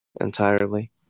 entirely